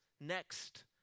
next